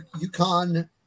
Yukon